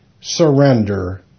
surrender